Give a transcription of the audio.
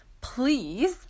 please